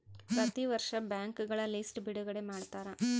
ಪ್ರತಿ ವರ್ಷ ಬ್ಯಾಂಕ್ಗಳ ಲಿಸ್ಟ್ ಬಿಡುಗಡೆ ಮಾಡ್ತಾರ